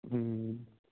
ਹਮ